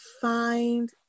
find